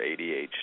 ADHD